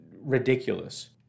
ridiculous